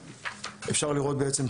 אפשר לראות בעצם,